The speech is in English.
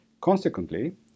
Consequently